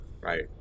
Right